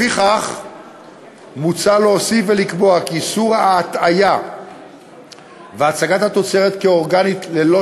לפיכך מוצע להוסיף ולקבוע כי איסור ההטעיה והצגת תוצרת כאורגנית ללא